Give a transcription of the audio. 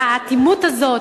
האטימות הזו.